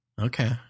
Okay